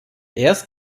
erst